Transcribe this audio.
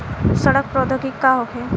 सड़न प्रधौगिकी का होखे?